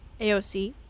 AOC